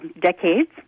decades